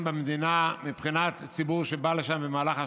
במדינה מבחינת ציבור שבא לשם במהלך השנה,